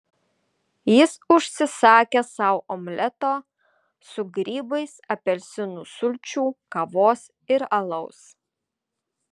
jis užsisakė sau omleto su grybais apelsinų sulčių kavos ir alaus